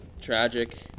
Tragic